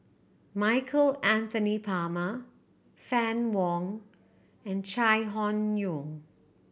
Michael Anthony Palmer Fann Wong and Chai Hon Yoong